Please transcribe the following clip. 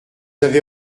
avez